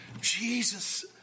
Jesus